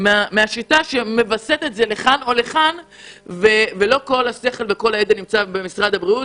אלו שמווסתים לכאן או לכאן ולא להשאיר את כל ההחלטות למשרד הבריאות.